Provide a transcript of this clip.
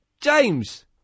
James